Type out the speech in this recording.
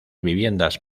viviendas